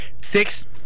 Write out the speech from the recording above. six